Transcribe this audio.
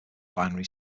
binary